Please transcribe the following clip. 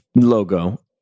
logo